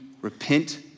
repent